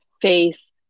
face